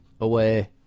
away